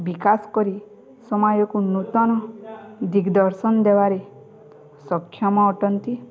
ବିକାଶ କରି ସମାଜକୁ ନୂତନ ଦିଗ୍ଦର୍ଶନ ଦେବାରେ ସକ୍ଷମ ଅଟନ୍ତି